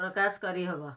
ପ୍ରକାଶ କରିହବ